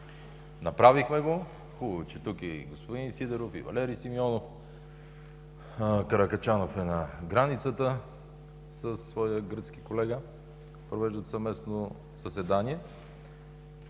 Направихме го. Хубаво, че тук са и господин Сидеров, и Валери Симеонов, Каракачанов е на границата със своя гръцки колега – провеждат съвместно заседание.